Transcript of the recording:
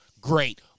great